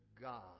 God